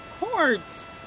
cords